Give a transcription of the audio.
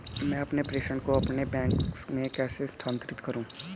मैं अपने प्रेषण को अपने बैंक में कैसे स्थानांतरित करूँ?